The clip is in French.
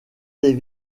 des